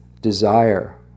desire